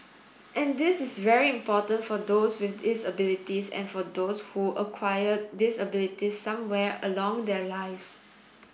and this is very important for those with disabilities and for those who acquire disabilities somewhere along their lives